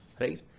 right